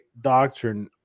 doctrine